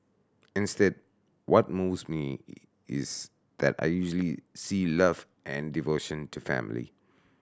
instead what moves me is that I usually see love and devotion to family